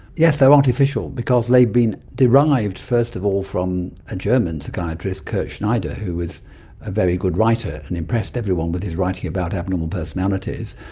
yes, they're artificial because they've been derived, first of all, from a german psychiatrist, kurt schneider, who was a very good writer and impressed everyone with his writing about abnormal personalities,